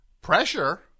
Pressure